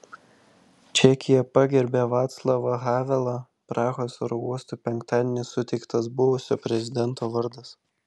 čekija pagerbia vaclavą havelą prahos oro uostui penktadienį suteiktas buvusio prezidento vardas